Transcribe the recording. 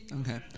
Okay